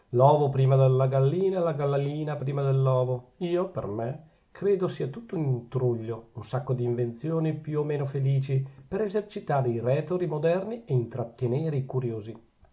l'ovo prima della gallina e la gallina prima dell'ovo io per me credo sia tutto un intruglio un sacco d'invenzioni più o meno felici per esercitare i rètori moderni e intrattenere i curiosi